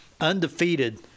undefeated